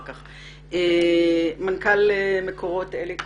מנכ"ל מקורות, אלי כהן.